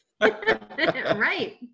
right